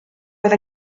oedd